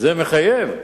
זה מחייב.